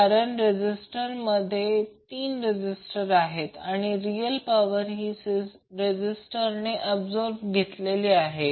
कारण रेजिस्टन्समध्ये तीन रेजिस्टन्स आहेत आणि रियल पॉवर ही रेजिस्टर ने ऍबसॉर्ब घेतलेली आहे